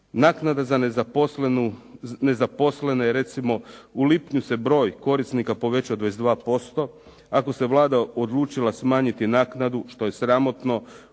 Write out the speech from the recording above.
Naknada za nezaposlene recimo u lipnju se broj korisnika povećao 22%. Ako se Vlada odlučila smanjiti naknadu što je sramotno,